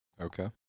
Okay